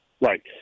Right